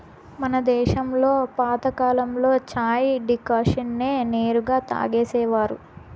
మన దేశంలో పాతకాలంలో చాయ్ డికాషన్ నే నేరుగా తాగేసేవారు